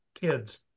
kids